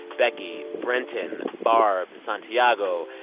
becky, brenton, barb, santiago,